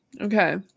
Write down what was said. okay